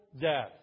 death